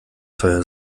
teuer